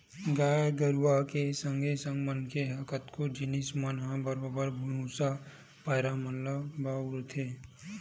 गाय गरुवा के संगे संग मनखे मन ह कतको जिनिस मन म बरोबर भुसा, पैरा मन ल बउरथे